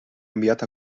enviat